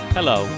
Hello